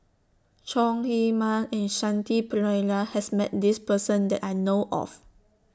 Chong Heman and Shanti Pereira has Met This Person that I know of